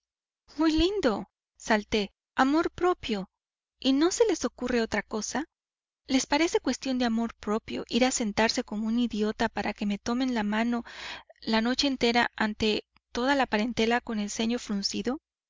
muy lindo salté amor propio y no se les ocurre otra cosa les parece cuestión de amor propio ir a sentarse como un idiota para que me tomen la mano la noche entera ante toda la parentela con el ceño fruncido